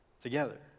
together